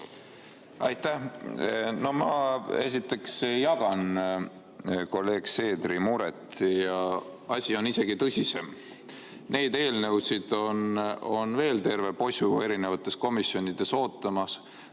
Aitäh! Ma esiteks jagan kolleeg Seederi muret ja asi on isegi tõsisem. Neid eelnõusid on veel terve posu erinevates komisjonides ootamas.